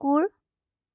কুৰ